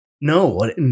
No